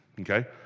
okay